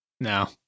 No